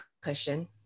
cushion